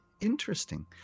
Interesting